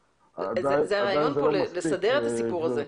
זה הרעיון פה, לסדר את הסיפור הזה.